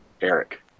Eric